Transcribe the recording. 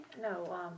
No